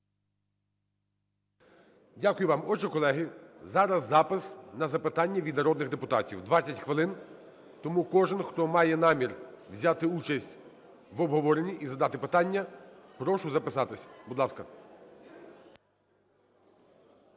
Дякую вам. Отже, колеги, зараз запис на запитання від народних депутатів, 20 хвилин, тому кожен, хто має намір взяти участь в обговоренні і задати питання, прошу записатися, будь ласка.